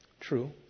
True